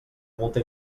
multa